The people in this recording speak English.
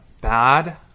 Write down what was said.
bad